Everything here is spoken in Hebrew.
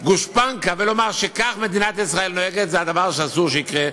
גושפנקה ולומר שכך מדינת ישראל נוהגת זה דבר שאסור שיקרה,